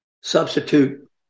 substitute